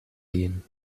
gehen